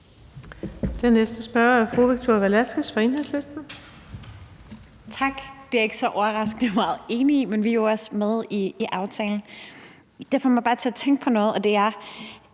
Den næste spørger er fru Victoria Velasquez fra Enhedslisten. Kl. 15:28 Victoria Velasquez (EL): Tak. Det er jeg ikke så overraskende meget enig i, men vi er jo også med i aftalen. Det får mig bare til at tænke på noget, og det er: